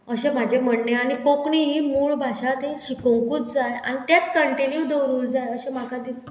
अशें म्हाजें म्हणणे आनी कोंकणी ही मूळ भाशा ती शिकोंकूच जाय आनी तेंच कंटिन्यू दवरूंक जाय अशें म्हाका दिसता